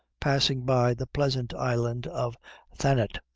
passing by the pleasant island of thanet,